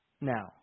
Now